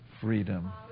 freedom